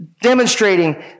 demonstrating